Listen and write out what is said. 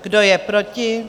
Kdo je proti?